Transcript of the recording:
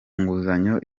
nguzanyo